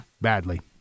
badly